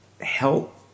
help